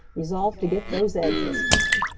resolved to get those eggs this time.